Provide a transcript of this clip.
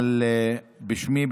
בשמי,